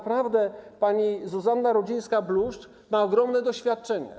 Pani Zuzanna Rudzińska-Bluszcz ma ogromne doświadczenie.